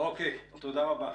תודה רבה.